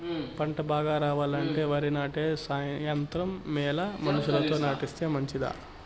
పంట బాగా రావాలంటే వరి నాటే యంత్రం మేలా మనుషులతో నాటిస్తే మంచిదా?